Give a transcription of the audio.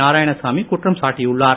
நாராயணசாமி குற்றம் சாட்டியுள்ளார்